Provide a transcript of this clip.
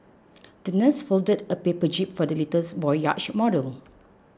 the nurse folded a paper jib for the little boy's yacht model